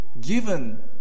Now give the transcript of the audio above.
given